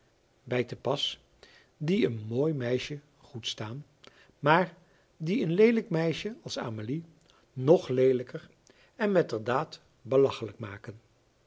bij te pas die een mooi meisje goed staan maar die een leelijk meisje als amelie nog leelijker en metterdaad belachelijk maken